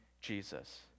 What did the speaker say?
Jesus